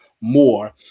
more